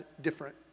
different